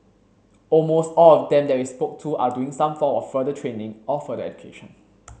almost all of them that we spoke to are doing some form of further training or further education